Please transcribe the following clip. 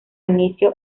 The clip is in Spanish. inicio